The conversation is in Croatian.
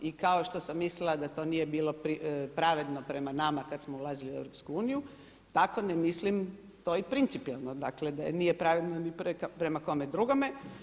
I kao što sam mislila da to nije bilo pravedno prema nama kad smo ulazili u EU tako ne mislim to i principijelno, dakle da nije pravedno ni prema kome drugome.